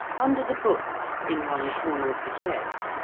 under the books, in one corner of the chest,